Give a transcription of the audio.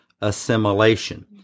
assimilation